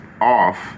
off